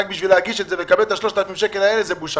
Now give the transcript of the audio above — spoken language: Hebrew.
רק בשביל להגיש את זה ולקבל את ה-3,000 שקלים זאת בושה.